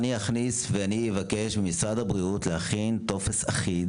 אני אכניס ואני אבקש ממשרד הבריאות להכין טופס אחיד